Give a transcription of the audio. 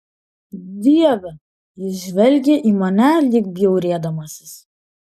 dieve jis žvelgė į mane lyg bjaurėdamasis